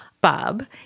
Bob